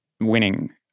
winning